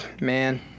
Man